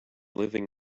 living